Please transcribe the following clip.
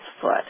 foot